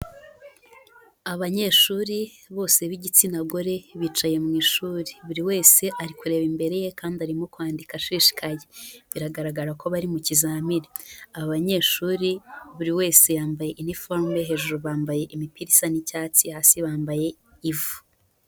Abanyeshuri bose b'igitsina gore bicaye mu ishuri. Buri wese ari kureba imbere ye kandi arimo kwandika ashishikaye. Biragaragara ko bari mu kizamini. Aba banyeshuri buri wese yambaye uniforme. Hejuru bambaye imipira isa n'icyatsi, hasi bambaye ivu.